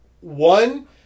one